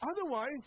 Otherwise